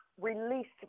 released